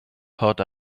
pot